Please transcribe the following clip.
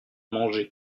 manger